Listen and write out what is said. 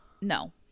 No